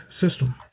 system